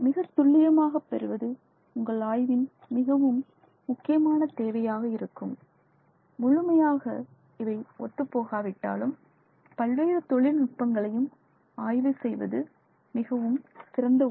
மிகத்துல்லியமாக பெறுவது உங்கள் ஆய்வின் மிகவும் முக்கியமான தேவையாக இருக்கும் முழுமையாக இவை ஒத்துப்போகாவிட்டாலும் பல்வேறு தொழில்நுட்பங்களையும் ஆய்வு செய்வது மிகவும் சிறந்த ஒன்று